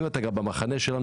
ואם אתה גם במחנה שלנו,